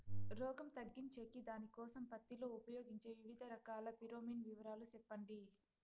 రోగం తగ్గించేకి దానికోసం పత్తి లో ఉపయోగించే వివిధ రకాల ఫిరోమిన్ వివరాలు సెప్పండి